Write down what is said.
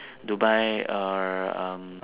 Dubai err um